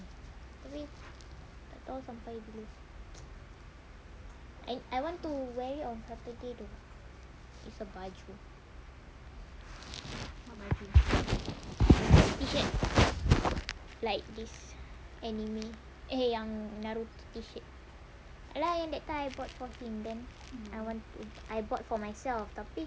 abeh tak tahu sampai bila I I want to wear it on saturday though it's a baju T-shirt like this anime eh yang this naruto T-shirt !alah! yang that time I bought for him then I want to I bought for myself tapi